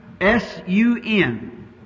S-U-N